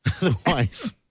Otherwise